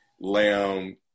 lamb